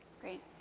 Great